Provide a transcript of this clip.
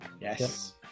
Yes